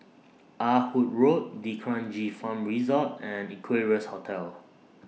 Ah Hood Road D'Kranji Farm Resort and Equarius Hotel